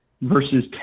versus